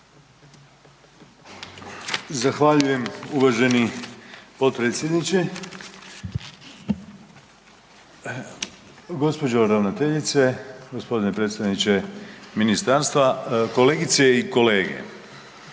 Zahvaljujem uvaženi potpredsjedniče. Gđo. ravnateljice, g. predstavniče ministarstva, kolegice i kolege.